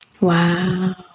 Wow